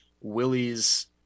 Willie's